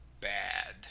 bad